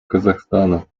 казахстана